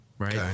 Right